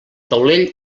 taulell